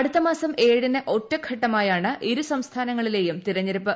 അടുത്ത മാസം ഏഴിന് ഒറ്റഘട്ടമായാണ് ഇരു സംസ്ഥാനങ്ങളിലെയും തെരഞ്ഞെടുപ്പ്